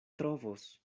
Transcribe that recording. trovos